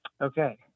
Okay